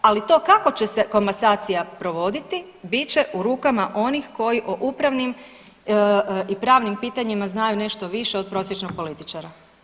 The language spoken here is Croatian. Ali to kako će se komasacija provoditi bit će u rukama onih koji o upravnim i pravnim pitanjima znaju nešto više od prosječnog političara.